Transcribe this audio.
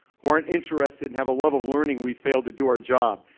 who aren't interested and have a love of learning, we fail to do our job.